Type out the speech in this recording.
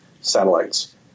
satellites